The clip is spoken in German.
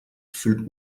fühlt